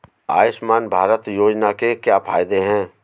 आयुष्मान भारत योजना के क्या फायदे हैं?